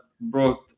brought